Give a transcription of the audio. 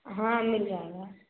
हाँ मिल जाएगा